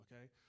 okay